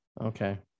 Okay